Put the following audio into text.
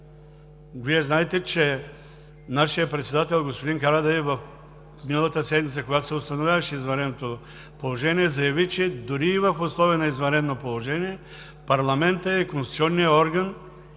Вие знаете, че нашият председател господин Карадайъ миналата седмица, когато се установяваше извънредно положение, заяви, че дори и в условия на извънредно положение парламентът е конституционният орган